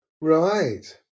Right